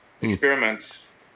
experiments